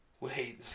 Wait